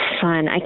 fun